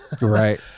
Right